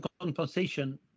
compensation